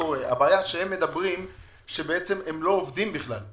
הבעיה שאומרים שהם לא עובדים בכלל.